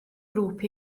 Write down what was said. grŵp